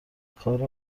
کار